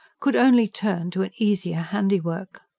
could only turn to an easier handiwork.